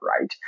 right